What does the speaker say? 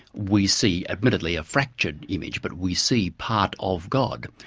we see admittedly a fractured image, but we see part of god.